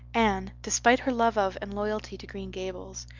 anne, despite her love of and loyalty to green gables,